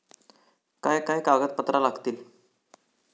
काय काय कागदपत्रा लागतील?